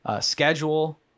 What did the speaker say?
schedule